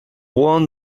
won